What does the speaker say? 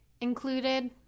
included